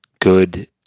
good